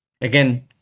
again